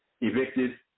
evicted